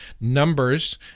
Numbers